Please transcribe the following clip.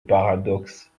paradoxe